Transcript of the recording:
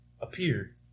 appeared